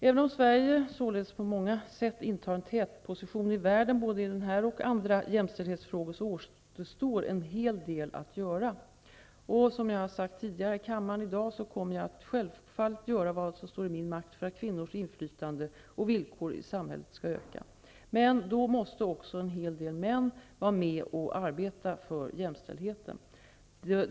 Även om Sverige således på många sätt intar en tätposition i världen både i denna och i andra jämställdshetsfrågor, återstår det en hel del att göra. Som jag har sagt tidigare i dag här i kammaren kommer jag självfallet att göra vad som står i min makt för att kvinnors inflytande och villkor i samhället skall öka. Men då måste också en hel del män vara med och arbeta för jämställdhet.